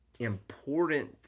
important